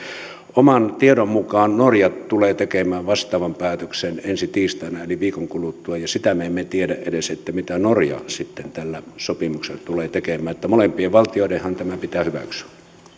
oman tiedon mukaan norja tulee tekemään vastaavan päätöksen ensi tiistaina eli viikon kuluttua ja sitä me emme edes tiedä mitä norja sitten tällä sopimuksella tulee tekemään molempien valtioidenhan tämä pitää hyväksyä